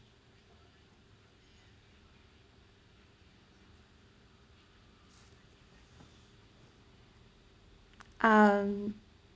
um